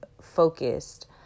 focused